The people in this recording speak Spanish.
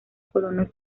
colonos